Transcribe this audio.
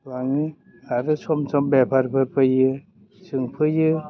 लाङो आरो सम सम बेफारबो फैयो सोंफैयो